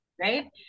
right